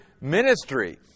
ministry